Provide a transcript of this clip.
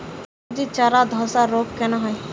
সবজির চারা ধ্বসা রোগ কেন হয়?